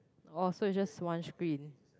oh so it just one screen